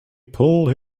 pulled